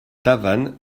tavannes